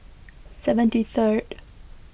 seventy third